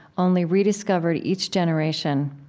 only rediscovered each generation